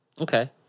okay